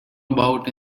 about